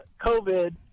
COVID